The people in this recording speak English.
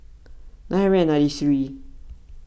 nine hundred and ninety three